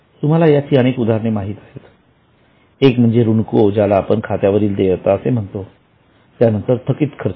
तुम्हाला याची अनेक उदाहरणे माहित आहेत एक म्हणजे ऋणको ज्याला आपण खात्यावरील देयता असे म्हणतो त्यानंतर थकित खर्च